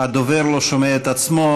הדובר לא שומע את עצמו.